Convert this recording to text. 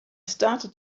started